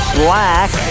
black